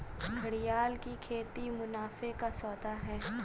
घड़ियाल की खेती मुनाफे का सौदा है